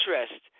interest